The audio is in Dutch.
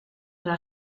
zijn